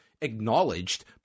acknowledged